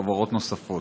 חברות נוספות.